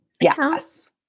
Yes